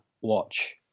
watch